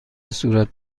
صورت